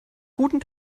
guten